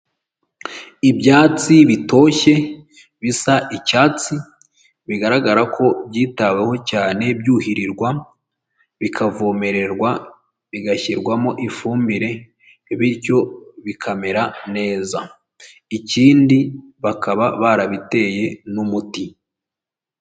Ibyatsi bitoshye bisa icyatsi bigaragara ko byitaweho cyane byuhirirwa bikavomererwa bigashyirwamo ifumbire, bityo bikamera neza ikindi bakaba barabiteye n'umuti.